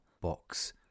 box